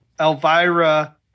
elvira